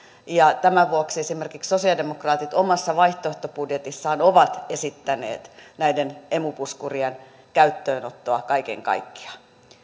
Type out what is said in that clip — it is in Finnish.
tämän vuoksi esimerkiksi sosialidemokraatit omassa vaihtoehtobudjetissaan ovat esittäneet näiden emu puskurien käyttöönottoa kaiken kaikkiaan